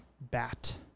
bat